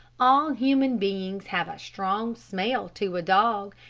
all human beings have a strong smell to a dog,